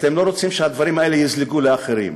אתם לא רוצים שהדברים האלה יזלגו לאחרים.